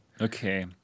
Okay